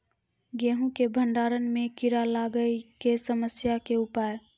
गेहूँ के भंडारण मे कीड़ा लागय के समस्या के उपाय?